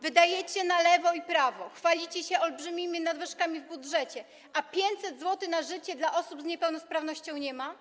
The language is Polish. Wydajecie na lewo i prawo, chwalicie się olbrzymimi nadwyżkami w budżecie, a 500 zł na życie dla osób z niepełnosprawnością nie ma.